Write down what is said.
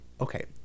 okay